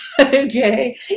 okay